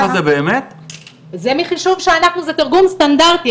זה תרגום סטנדרטי.